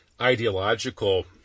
ideological